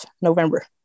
November